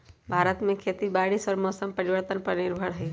भारत में खेती बारिश और मौसम परिवर्तन पर निर्भर हई